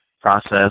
process